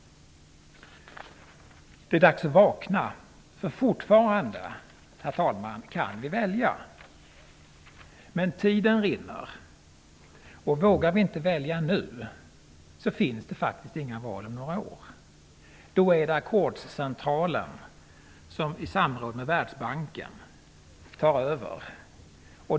Det är dags att vakna, för fortfarande kan vi välja. Men tiden rinner, och vågar vi inte välja nu, finns det faktiskt inga val om några år. Då är det Ackordscentralen som i samråd med Världsbanken tar över.